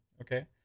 Okay